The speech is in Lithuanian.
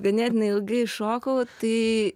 ganėtinai ilgai šokau tai